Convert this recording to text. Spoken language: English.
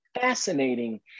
fascinating